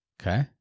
Okay